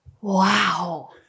Wow